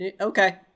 okay